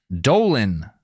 Dolan